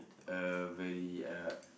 a very uh